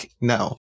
no